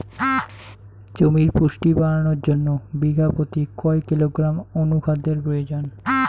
জমির পুষ্টি বাড়ানোর জন্য বিঘা প্রতি কয় কিলোগ্রাম অণু খাদ্যের প্রয়োজন?